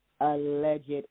alleged